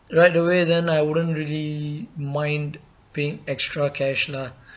right away then I wouldn't really mind paying extra cash lah